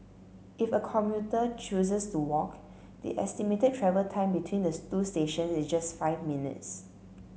if a commuter chooses to walk the estimated travel time between the two stations is just five minutes